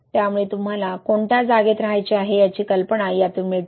त्यामुळे तुम्हाला कोणत्या जागेत रहायचे आहे याची कल्पना यातून मिळते